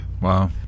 Wow